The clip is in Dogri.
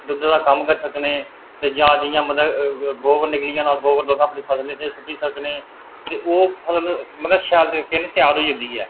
दुद्धै दा कम्म करी सकने ते जां मतलब जियां गोबर निकली जाना ते ओह् फसल च सुट्टी सकने ते ओह् मतलब फसल शैल त्यार होई सकदी ऐ